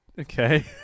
Okay